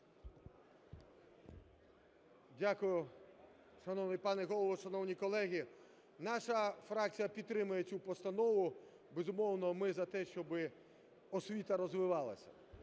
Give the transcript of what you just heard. Дякую. Шановний пане Голово, шановні колеги, наша фракція підтримує цю постанову, безумовно, ми за те, щоб освіта розвивалася.